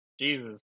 Jesus